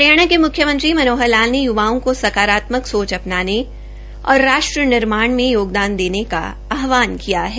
हरियाणा के मुख्यमंत्री मनोहर लाल ने युवाओं को सकारात्मक सोच अपनाने और राष्ट्र निर्माण में योगदान देने का आहवान किया है